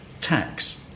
tax